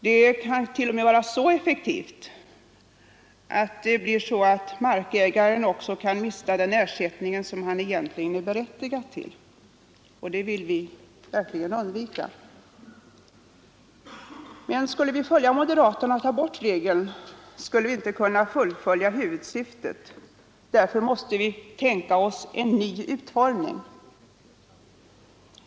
Det kan t.o.m. vara så effektivt att markägaren mister den ersättning som han egentligen är berättigad till, och det vill vi verkligen undvika. Skulle vi följa moderaterna och ta bort regeln skulle vi inte kunna fullfölja huvudsyftet. Därför måste vi tänka oss en ny utformning.